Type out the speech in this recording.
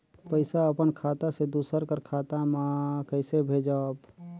पइसा अपन खाता से दूसर कर खाता म कइसे भेजब?